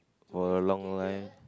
for a long life